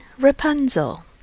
Rapunzel